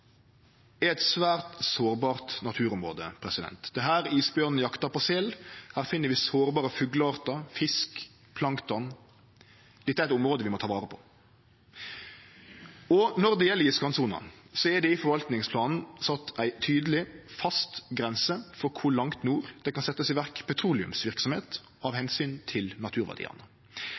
er eit svært sårbart naturområde. Det er her isbjørn jaktar på sel. Her finn vi sårbare fugleartar, fisk og plankton. Dette er eit område vi må ta vare på. Når det gjeld iskantsona, er det i forvaltingsplanen sett ei tydeleg, fast grense for kor langt nord det kan setjast i verk petroleumsverksemd av omsyn til naturverdiane.